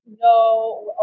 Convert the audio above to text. No